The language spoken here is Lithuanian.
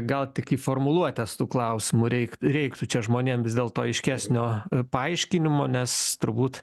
gal tik į formuluotes tų klausimų reik reiktų čia žmonėm vis dėlto aiškesnio paaiškinimo nes turbūt